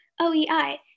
OEI